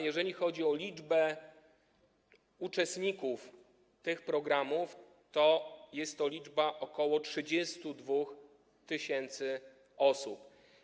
Jeżeli chodzi o liczbę uczestników tych programów, to jest to ok. 32 tys. osób.